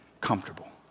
comfortable